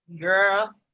Girl